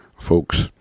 folks